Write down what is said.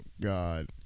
God